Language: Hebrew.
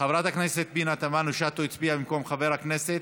חברת הכנסת פנינה תמנו-שטה הצביע במקום חבר הכנסת,